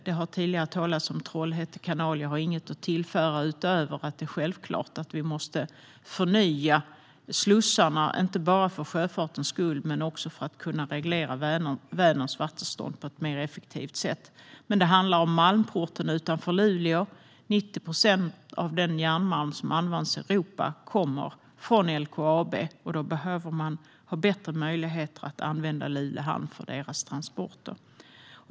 Det har tidigare talats om Trollhätte kanal, och jag har inget att tillföra utöver att vi självklart måste förnya slussarna, inte bara för sjöfartens skull utan även för att kunna reglera Vänerns vattenstånd på ett mer effektivt sätt. Det handlar också om Malmporten utanför Luleå - 90 procent av den järnmalm som används i Europa kommer från LKAB, och de behöver bättre möjligheter att använda Luleå hamn för sina transporter.